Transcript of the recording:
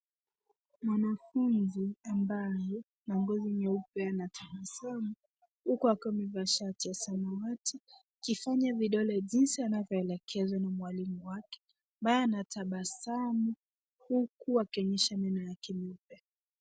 Mwanafunzi ambaye ana ngozi nyeupe anatabasamu, huku akiwa amevaa shati ya samawati akifanya vidole jinsi anavyoelekezwa na mwalimu wake, ambaye anatabasamu huku akionyesha meno yake meupe.